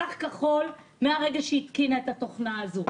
מסך כחול מהרגע שהיא התקינה את התוכנה הזו.